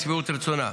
לשביעות רצונה.